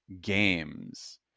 games